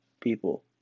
people